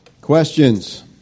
Questions